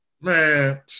man